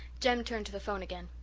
jem turned to the phone again.